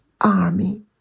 army